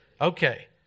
Okay